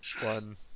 one